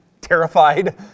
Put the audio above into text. terrified